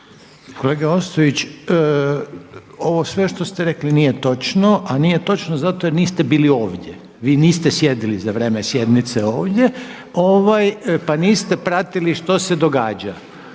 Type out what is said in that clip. Kolega Ostojić ovo sve što ste rekli nije točno, a nije točno zato jer niste bili ovdje. Vi niste sjedili za vrijeme sjednice ovdje pa niste pratili što se događa